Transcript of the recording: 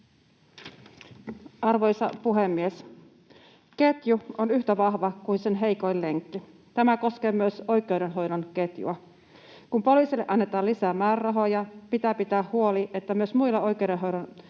Arvoisa puhemies! Ketju on yhtä vahva kuin sen heikoin lenkki. Tämä koskee myös oikeudenhoidon ketjua. Kun poliisille annetaan lisää määrärahoja, pitää pitää huoli, että myös muilla oikeudenhoidon